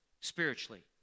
spiritually